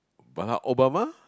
Barack-Obama